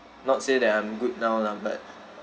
not say that I'm good now lah but